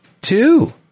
two